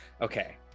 Okay